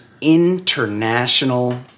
international